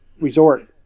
resort